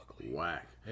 Whack